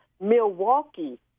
Milwaukee